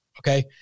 Okay